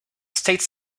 state